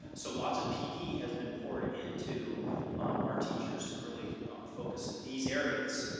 so lots of pd has been poured into our teachers to really focus in these areas.